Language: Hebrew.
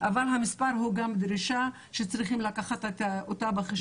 אבל המספר הוא גם דרישה שצריכים לקחת אותה בחשבון,